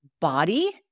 body